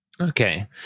Okay